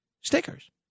stickers